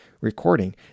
recording